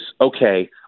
okay